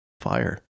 Fire